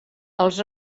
els